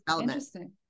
Interesting